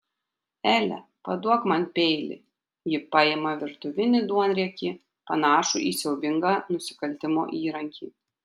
ele paduok man peilį ji paima virtuvinį duonriekį panašų į siaubingą nusikaltimo įrankį